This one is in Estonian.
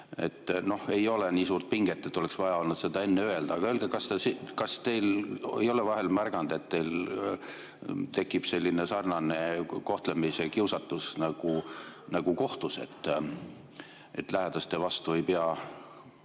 Noh, ei ole nii suurt pinget, et mul oleks vaja olnud seda enne öelda. Aga kas te ei ole vahel märganud, et teil tekib selline sarnase kohtlemise kiusatus nagu kohtus, et lähedaste vastu ei pea